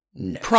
No